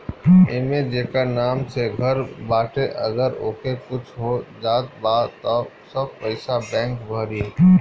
एमे जेकर नाम से घर बाटे अगर ओके कुछ हो जात बा त सब पईसा बैंक भरी